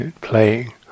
playing